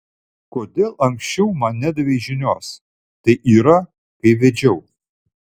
kodėl anksčiau man nedavei žinios tai yra kai vedžiau